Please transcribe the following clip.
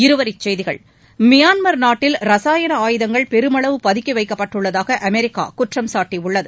இருவரிச்செய்திகள் மியான்மர் நாட்டில் ரசாயன ஆயுதங்கள் பெருமளவு பதுக்கி வைக்கப்பட்டுள்ளதாக அமெரிக்கா குற்றம் சாட்டயுள்ளது